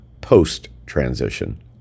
post-transition